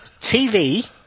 TV